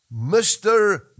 Mr